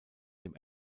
dem